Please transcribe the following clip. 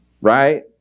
right